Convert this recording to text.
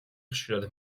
ხშირად